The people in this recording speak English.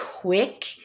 quick